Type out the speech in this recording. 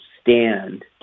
stand